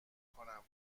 کنم